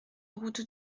route